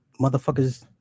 motherfuckers